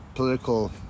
Political